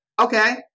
Okay